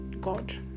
God